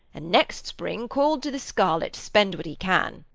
and next spring call'd to the scarlet spend what he can.